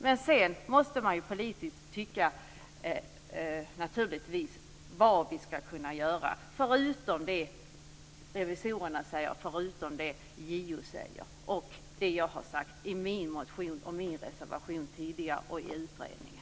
Sedan måste man naturligtvis politiskt tycka till om vad vi ska kunna göra förutom det revisorerna säger och förutom det JO säger och det jag har sagt i min motion och min reservation tidigare och i utredningen.